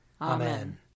Amen